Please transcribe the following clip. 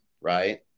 right